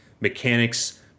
mechanics